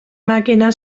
máquina